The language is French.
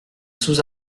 sous